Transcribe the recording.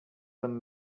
them